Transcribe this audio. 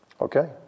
Okay